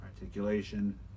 articulation